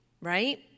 right